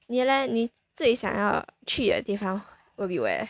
你 leh 你最想要去的地方 will be where